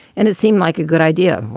and it seemed like a good idea.